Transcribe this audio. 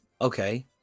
Okay